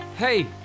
Hey